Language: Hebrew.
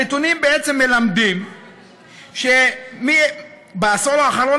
הנתונים בעצם מלמדים שבעשור האחרון